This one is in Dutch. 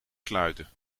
sluiten